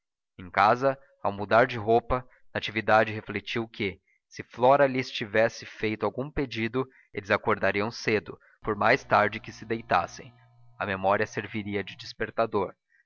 em casa ao mudar de roupa natividade refletiu que se flora lhes tivesse feito algum pedido eles acordariam cedo por mais tarde que se deitassem a memória serviria de despertador